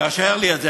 תאשר לי את זה,